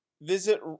visit